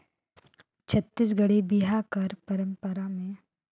छत्तीसगढ़ी बिहा पंरपरा मे बिहा कर पहिल दिन चुलमाटी जाए कर नेग रहथे